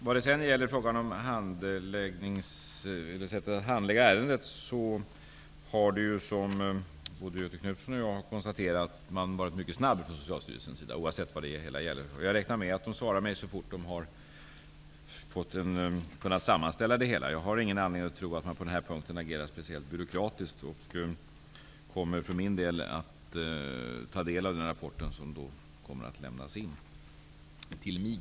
Vad det gäller sättet att handlägga ärendet har man, vilket både Göthe Knutson och jag har konstaterat, från Socialstyrelsens sida varit mycket snabb, oavsett vad det hela gäller. Jag räknar med att de kommer att ge mig ett svar så fort de har kunnat sammanställa det hela. Jag har ingen anledning att tro att man på den här punkten agerar speciellt byråkratiskt. Jag kommer att ta del av den rapport som kommer att lämnas till mig.